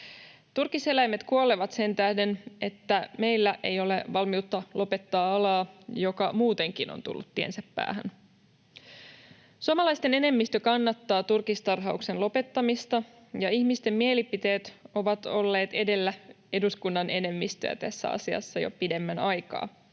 Turkiseläimet kuolevat sen tähden, että meillä ei ole valmiutta lopettaa alaa, joka muutenkin on tullut tiensä päähän. Suomalaisten enemmistö kannattaa turkistarhauksen lopettamista, ja ihmisten mielipiteet ovat olleet edellä eduskunnan enemmistöä tässä asiassa jo pidemmän aikaa.